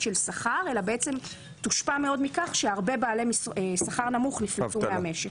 של שכר אלא תושפע מאוד מכך שהרבה בעלי שכר נמוך נפלטו מהמשק.